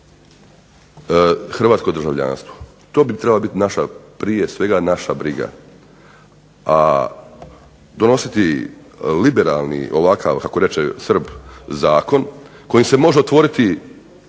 hrvatsko državljanstvo. To bi trebala biti naša, prije svega naša briga. A donositi liberalni ovakav kako reče Srb zakon kojim se može otvoriti